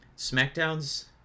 SmackDown's